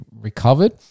recovered